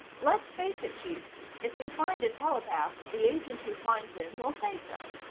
let's face it, chief if we find a telepath the agent who finds him will say so.